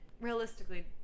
realistically